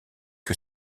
que